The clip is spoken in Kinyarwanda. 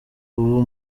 ubu